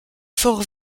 fort